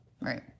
Right